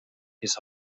his